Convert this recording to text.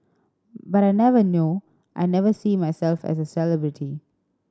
but I never know I never see myself as a celebrity